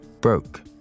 broke